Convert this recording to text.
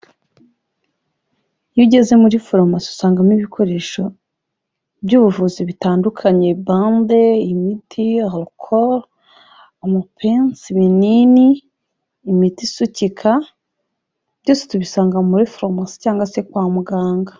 Iyo ugeze muri forumasi usangamo ibikoresho by'ubuvuzi bitandukanye: bande, imiti, arukoro, amapensi, ibinini, imiti isukika. Byose tubisanga muri forumasi cyangwa se kwa muganga.